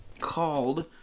called